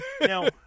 Now